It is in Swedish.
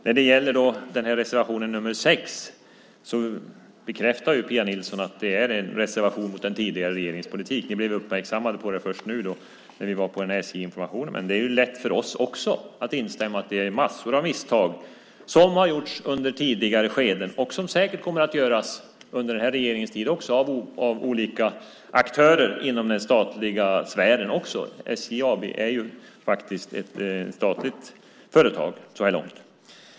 När det gäller reservation nr 6 bekräftar Pia Nilsson att det är en reservation mot den tidigare regeringens politik. Ni blev uppmärksammade på detta först när vi var på SJ-informationen. Det är ju lätt för oss också att instämma i att det är massor av misstag som har gjorts under tidigare skeden och som säkert kommer att göras under den här regeringens tid, också av olika aktörer inom den statliga sfären. SJ AB är faktiskt ett statligt företag så här långt.